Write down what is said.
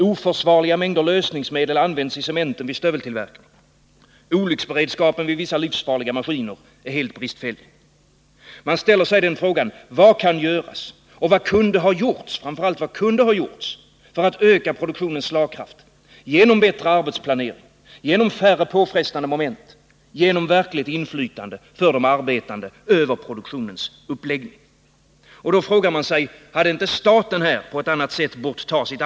Oförsvarliga mängder lösningsmedel används i cementen vid stöveltillverkningen. Nr 54 Olycksberedskapen vid vissa livsfarliga maskiner är helt bristfällig. Måndagen den Man ställer sig frågan: Vad kunde ha gjorts för att öka produktionens 17 december 1979 slagkraft genom bättre arbetsplanering, genom färre påfrestande arbetsmo ment, genom verkligt inflytande över produktionens uppläggning för de Om den framtida arbetande? sysselsättningen Hade inte staten bort ta sitt ansvar på ett annat sätt?